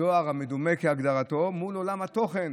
הזוהר המדומה, כהגדרתו, מול עולם התוכן